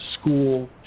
school